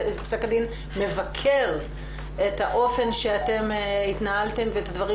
פסק הדין מבקר את האופן שאתם התנהלתם ואת הדברים